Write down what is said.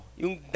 yung